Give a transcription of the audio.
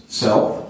self